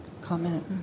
comment